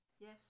Yes